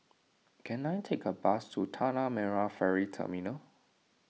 can I take a bus to Tanah Merah Ferry Terminal